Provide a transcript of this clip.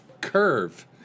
curve